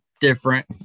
different